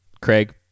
Craig